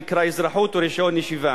שנקרא אזרחות או רשיון ישיבה.